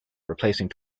replacing